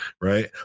right